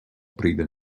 прийде